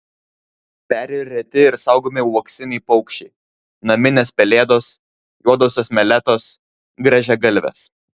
peri reti ir saugomi uoksiniai paukščiai naminės pelėdos juodosios meletos grąžiagalvės